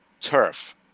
turf